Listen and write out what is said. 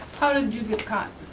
how did you get caught?